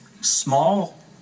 small